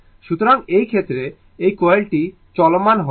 সুতরাং এই ক্ষেত্রে এই কয়েলটি চলমান হয়